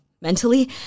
mentally